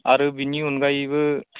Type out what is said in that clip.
आरो बिनि अनगायैबो